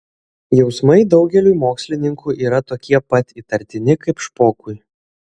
jausmai daugeliui mokslininkų yra tokie pat įtartini kaip špokui